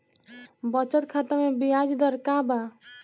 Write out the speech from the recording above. बचत खाता मे ब्याज दर का बा?